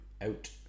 out